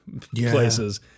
places